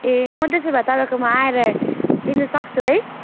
ए म त्यसो भए तपाईँकोमा आएर लिन सक्छु है